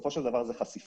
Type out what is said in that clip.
בסופו של דבר זה חשיפה,